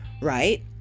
right